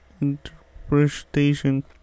interpretation